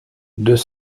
deux